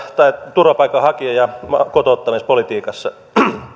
turvapaikanhakija ja kotouttamispolitiikassa